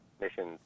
missions